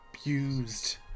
abused